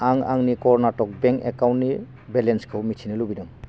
आं आंनि कर्नाटक बेंक एकाउन्टनि बेलेन्स मिथिनो लुबैदों